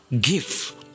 give